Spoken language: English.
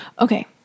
Okay